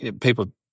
people